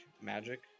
magic